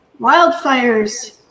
wildfires